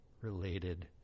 related